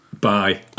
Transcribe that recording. Bye